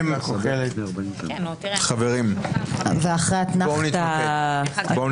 חברים, בואו נתמקד.